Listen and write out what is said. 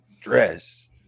dress